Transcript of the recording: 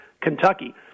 Kentucky